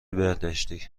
بهداشتی